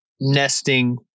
nesting